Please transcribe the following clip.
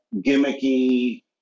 gimmicky